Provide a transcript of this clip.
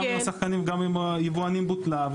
גם עם השחקנים וגם עם היבואנים בוטלה,